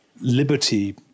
liberty